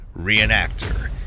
reenactor